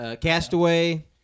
Castaway